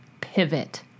pivot